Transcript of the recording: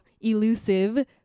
elusive